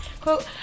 Quote